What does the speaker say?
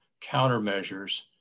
countermeasures